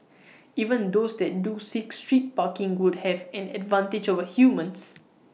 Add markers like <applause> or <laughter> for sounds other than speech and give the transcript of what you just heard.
<noise> even those that do seek street parking would have an advantage over humans